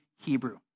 Hebrew